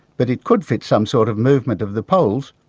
but it could fit some sort of movement of the poles,